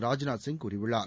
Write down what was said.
ராஜ்நாத் சிங் கூறியுள்ளார்